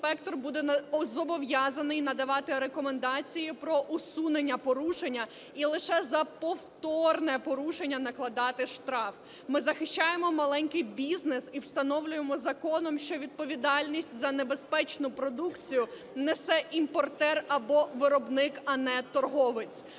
Інспектор буде зобов'язаний надавати рекомендацію про усунення порушення і лише за повторне порушення накладати штраф. Ми захищаємо маленький бізнес і встановлюємо законом, що відповідальність за небезпечну продукцію несе імпортер або виробник, а не торговець.